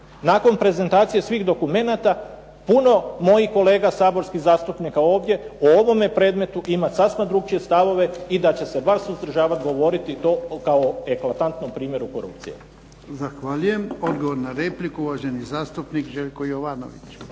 nakon prezentacije svih dokumenata puno mojih kolega saborskih zastupnika ovdje o ovome predmetu imati sasvim drukčije stavove i da će se bar suzdržavati govoriti to kao o eklatantnom primjeru korupcije. **Jarnjak, Ivan (HDZ)** Zahvaljujem. Odgovor na repliku, uvaženi zastupnik Željko Jovanović.